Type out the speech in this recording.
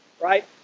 right